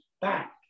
back